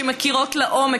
שמכירות לעומק,